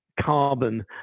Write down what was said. carbon